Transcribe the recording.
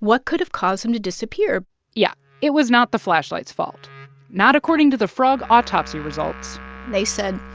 what could have caused them to disappear yeah. it was not the flashlight's fault not according to the frog autopsy results they said,